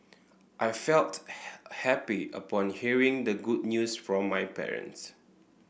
I felt happy upon hearing the good news from my parents